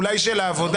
אולי של העבודה,